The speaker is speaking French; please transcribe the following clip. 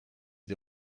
des